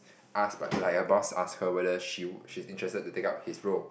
asked but like her boss ask her whether she she's interested to take up his role